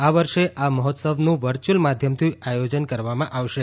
આ વર્ષે આ મહોત્સવનું વર્ષ્યુઅલ માધ્યમથી આયોજન કરવામાં આવશે